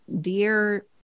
dear